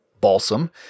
balsam